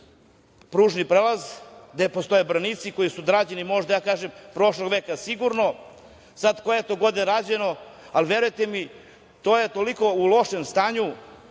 pružni prelaz gde postoje branici koji su odrađeni možda prošlog veka sigurno. Sad koje je to godine rađeno, ali verujte mi to je toliko u lošem stanju.